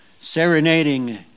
serenading